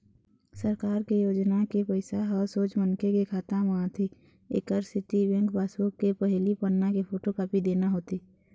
सरकार के योजना के पइसा ह सोझ मनखे के खाता म आथे एकर सेती बेंक पासबूक के पहिली पन्ना के फोटोकापी देना होथे